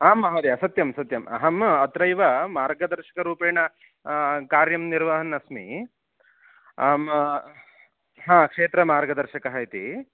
आम् महोदय सत्यं सत्यम् अहम् अत्रैव मार्गदर्शकरूपेण कार्यं निर्वहन् अस्मि आम् हा क्षेत्रमार्गदर्शकः इति